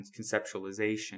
conceptualization